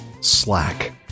slack